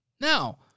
Now